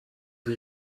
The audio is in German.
wie